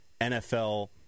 NFL